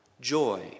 joy